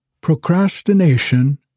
procrastination